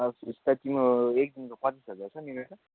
अब फिस त तिम्रो एकदिनको पच्चिस हजार छ नि मेरो